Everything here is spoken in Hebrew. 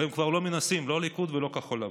הם כבר לא מנסים, לא הליכוד ולא כחול לבן.